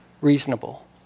reasonable